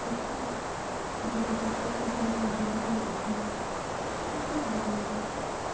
es que si por casualidad se enteran en la fábrica y me despiden descuida antoniño